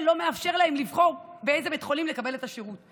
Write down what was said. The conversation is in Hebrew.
לא מאפשר להם לבחור באיזה בית חולים לקבל את השירות.